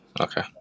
Okay